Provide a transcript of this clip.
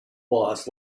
boss